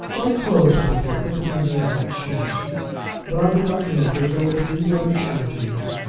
my clothes will be different, if you mean that, she answered but i do not know that there will be any other change in me.